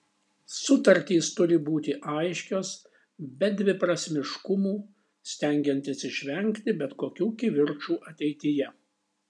sutartys turi būti aiškios be dviprasmiškumų stengiantis išvengti bet kokių kivirčų ateityje